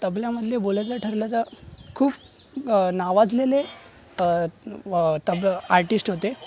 तबल्यामधले बोलायचं ठरलं तर खूप नावाजलेले तबला आर्टिस्ट होते